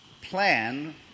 plan